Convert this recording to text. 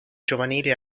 giovanili